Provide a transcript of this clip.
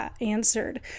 answered